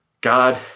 God